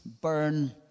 burn